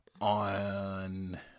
on